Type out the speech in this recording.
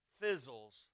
fizzles